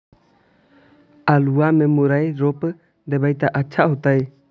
आलुआ में मुरई रोप देबई त अच्छा होतई?